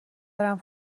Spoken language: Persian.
برم